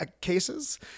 cases